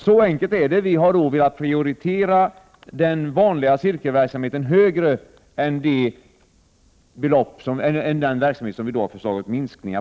Så enkelt är det; vi har velat prioritera den vanliga cirkelverksamheten högre än den verksamhet där vi har föreslagit minskningar.